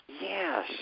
Yes